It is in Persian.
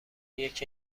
یکی